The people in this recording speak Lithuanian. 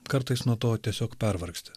kartais nuo to tiesiog pervargsti